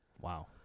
Wow